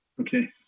Okay